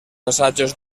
assajos